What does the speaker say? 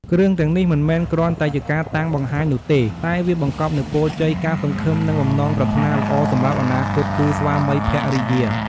គ្រឿងទាំងនេះមិនមែនគ្រាន់តែជាការតាំងបង្ហាញនោះទេ តែវាបង្កប់នូវពរជ័យ ការសង្ឃឹម និងបំណងប្រាថ្នាល្អសម្រាប់អនាគតគូស្វាមីភរិយា។